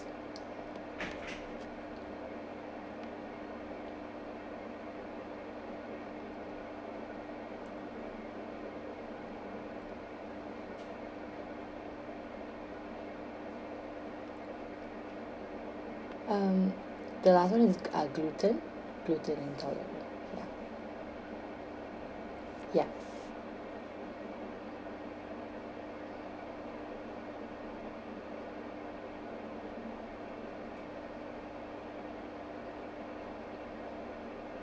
um the last [one] is uh gluten gluten intolerant ya ya